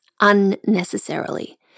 unnecessarily